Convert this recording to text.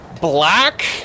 Black